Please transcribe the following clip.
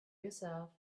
yourself